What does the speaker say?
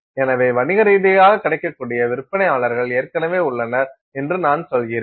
எனவே வணிக ரீதியாக கிடைக்கக்கூடிய விற்பனையாளர்கள் ஏற்கனவே உள்ளனர் என்று நான் சொல்கிறேன்